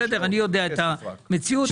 אני יודע את המציאות.